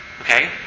Okay